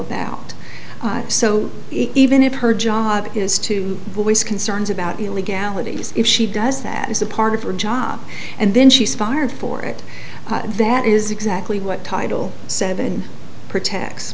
about so even if her job is to voice concerns about the legalities if she does that is a part of her job and then she's fired for it that is exactly what title seven protects